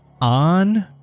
on